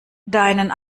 deinen